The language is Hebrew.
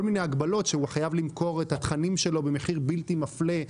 מיני הגבלות שהוא חייב למכור את התכנים שלו במחיר בלתי מפלה.